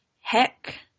heck